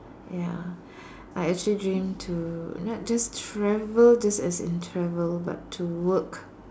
ya I actually dream to not just travel just as in travel but to work